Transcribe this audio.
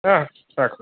ৰাখোঁ